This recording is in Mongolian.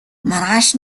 маргааш